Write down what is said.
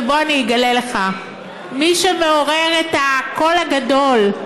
ובוא אני אגלה לך: מי שמעורר את הקול הגדול,